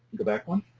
go back one.